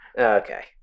Okay